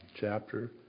chapter